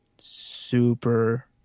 super